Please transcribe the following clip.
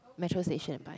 metro station right